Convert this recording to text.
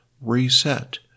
reset